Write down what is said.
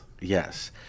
Yes